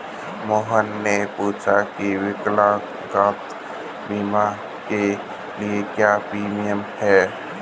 मोहन ने पूछा की विकलांगता बीमा के लिए क्या प्रीमियम है?